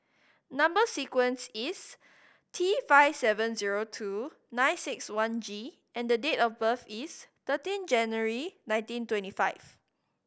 number sequence is T five seven zero two nine six one G and date of birth is thirteen January nineteen twenty five